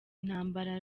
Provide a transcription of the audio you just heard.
ntambara